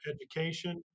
education